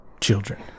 children